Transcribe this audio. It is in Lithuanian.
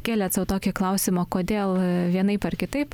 kėlėt sau tokį klausimą kodėl vienaip ar kitaip